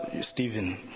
Stephen